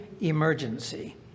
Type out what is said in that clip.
emergency